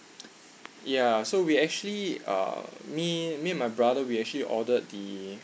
ya so we actually uh me me and my brother we actually ordered the